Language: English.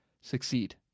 succeed